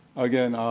again,